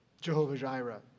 Jehovah-Jireh